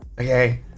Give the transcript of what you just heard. Okay